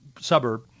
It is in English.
suburb